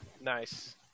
Nice